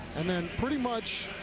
and then pretty much,